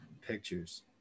pictures